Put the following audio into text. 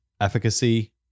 efficacy